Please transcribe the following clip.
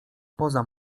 poza